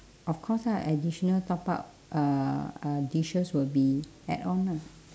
of course lah additional top up uh uh dishes will be add on lah